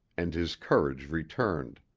and his courage returned.